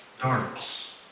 darts